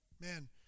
man